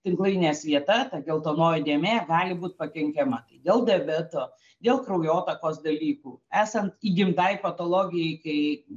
tinklainės vieta ta geltonoji dėmė gali būt pakenkiama dėl diabeto dėl kraujotakos dalykų esant įgimtai patologijai kai